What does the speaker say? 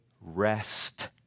rest